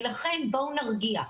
ולכן בואו נרגיע.